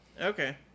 okay